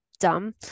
Dumb